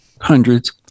hundreds